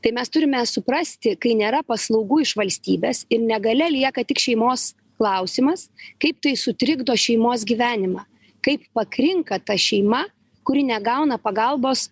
tai mes turime suprasti kai nėra paslaugų iš valstybės ir negalia lieka tik šeimos klausimas kaip tai sutrikdo šeimos gyvenimą kaip pakrinka ta šeima kuri negauna pagalbos